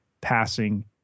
passing